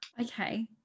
Okay